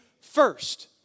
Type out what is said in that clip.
first